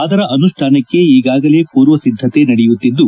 ಅದರ ಅನುಷ್ಠಾನಕ್ಕೆ ಈಗಾಗಲೇ ಪೂರ್ವಸಿದ್ದತೆ ನಡೆಯುತ್ತಿದ್ದು